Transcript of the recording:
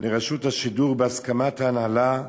לרשות השידור בהסכמת ההנהלה,